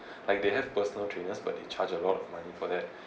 like they have personal trainers but they charge a lot of money for that